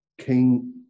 King